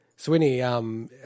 Swinny